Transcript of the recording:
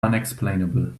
unexplainable